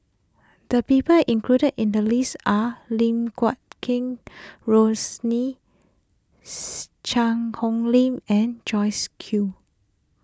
the people included in the list are Lim Guat Kheng Rosie Cheang Hong Lim and Joyce Jue